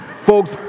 Folks